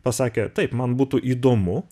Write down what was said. pasakė taip man būtų įdomu